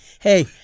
Hey